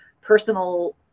personal